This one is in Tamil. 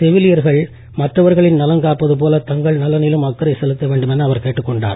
செவிலியர்கள் மற்றவர்களின் நலன் காப்பது போல தங்கள் நலத்திலும் அக்கறை செலுத்த வேண்டும் என அவர் கேட்டுக் கொண்டார்